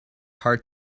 hard